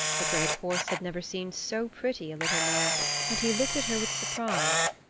the great horse had never seen so pretty a little mare and he looked at her with surprise.